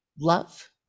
Love